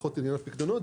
פחות עניין הפקדונות,